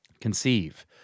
conceive